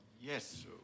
Yes